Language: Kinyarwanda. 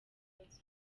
ibibazo